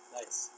nice